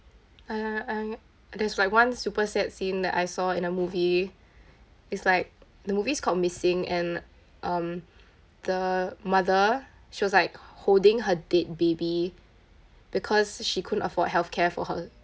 uh uh there's like one super sad scene that I saw in a movie is like the movie is called missing and um the mother she was like holding her dead baby because she couldn't afford healthcare for her